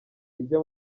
ijya